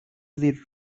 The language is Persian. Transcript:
زیر